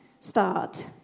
start